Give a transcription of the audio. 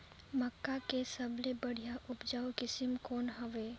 मक्का के सबले बढ़िया उपजाऊ किसम कौन हवय?